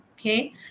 Okay